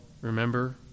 remember